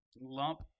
lump